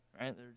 right